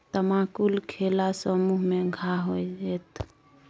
तमाकुल खेला सँ मुँह मे घाह होएत